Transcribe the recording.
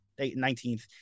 19th